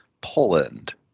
Poland